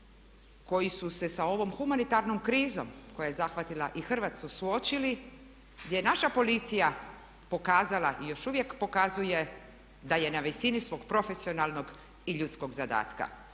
koji su se sa ovom humanitarnom krizom koja je zahvatila i Hrvatsku suočili, gdje je naša policija pokazala i još uvijek pokazuje da je na visini svog profesionalnog i ljudskog zadatka.